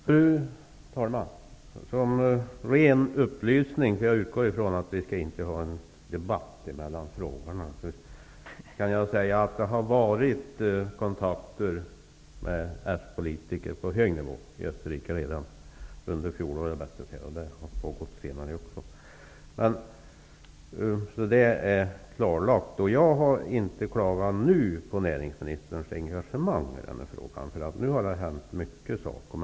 Fru talman! Som en ren upplysning -- jag utgår från att vi inte skall ha en debatt mellan frågeställarna -- vill jag säga att det redan under fjolåret, men även senare, har förekommit kontakter med s-politiker på hög nivå i Österrike. Jag har inte nu klagat på näringsministerns engagemang i denna fråga. Det har nu hänt många saker.